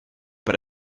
para